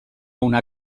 una